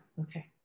okay